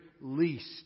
least